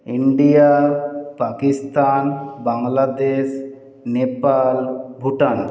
India Pakistan Bangladesh Nepal Bhutan